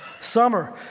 Summer